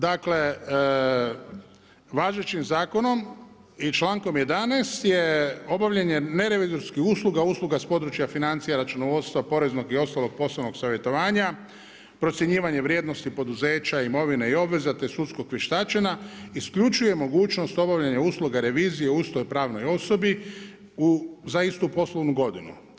Dakle, važećim zakonom i člankom 11. obavljen je nerevizorskih usluga, usluga sa područja financija, računovodstva, poreznog i ostalog poslovnog savjetovanja, procjenjivanje vrijednosti poduzeća, imovine i obveza, te sudskog vještačenja isključuje mogućnost obavljanja usluga revizije u istoj pravnoj osobi za istu poslovnu godinu.